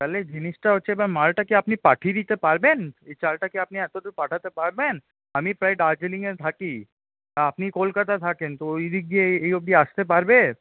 তাহলে জিনিসটা হচ্ছে এবার মালটা কি আপনি পাঠিয়ে দিতে পারবেন এই চালটা কি আপনি এতদূর পাঠাতে পারবেন আমি প্রায় দার্জিলিংয়ে থাকি আপনি কলকাতা থাকেন তো ওইদিক দিয়ে এই অবধি আসতে পারবে